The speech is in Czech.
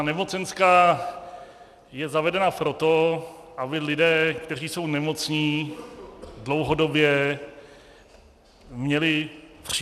Nemocenská je zavedena proto, aby lidé, kteří jsou nemocní dlouhodobě, měli příjem.